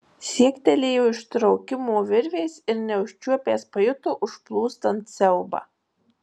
siektelėjo ištraukimo virvės ir neužčiuopęs pajuto užplūstant siaubą